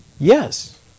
Yes